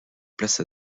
place